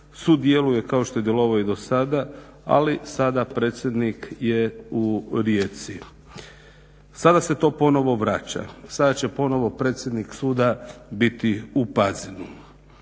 Sud djeluje kao što je djelovao i do sada, ali sada predsjednik je u Rijeci. Sada se to ponovo vraća. Sada će ponovo predsjednik suda biti u Pazinu.